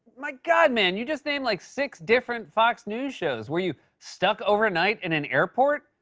my god, man, you just named like six different fox news shows! were you stuck overnight in an airport?